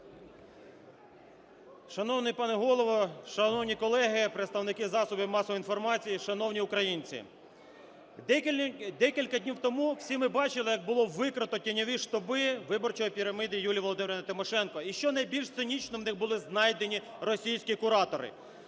Шановний пане Голово! Шановні колеги! Представники засобів масової інформації! Шановні українці! Декілька днів тому всі ми бачили, як було викрито тіньові штаби виборчої піраміди Юлії Володимирівни Тимошенко. І, що найбільш цинічно, в них були знайдені російські куратори.